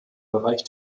bereich